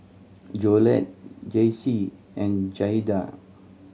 Jolette Jayce and Jaeda